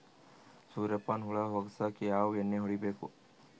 ಸುರ್ಯಪಾನ ಹುಳ ಹೊಗಸಕ ಯಾವ ಎಣ್ಣೆ ಹೊಡಿಬೇಕು?